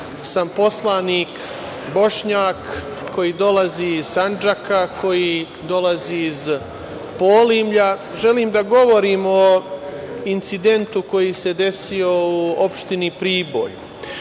sam poslanik Bošnjak koji dolazi iz Sandžaka, koji dolazi iz Polimlja, želim da govorim o incidentu koji se desio u opštini Priboj. Ono